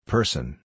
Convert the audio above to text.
Person